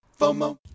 FOMO